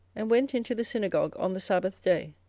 and went into the synagogue on the sabbath day,